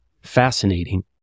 fascinating